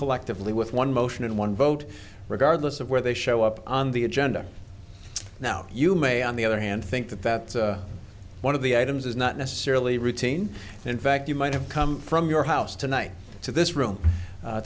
collectively with one motion and one vote regard this of where they show up on the agenda now you may on the other hand think that one of the items is not necessarily routine in fact you might have come from your house tonight to this room